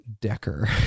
Decker